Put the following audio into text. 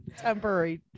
temporary